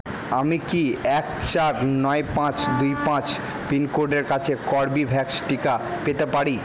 আমি কি এক চার নয় পাঁচ দুই পাঁচ পিনকোডের কাছে কর্বেভ্যাক্স টিকা পেতে পারি